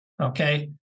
Okay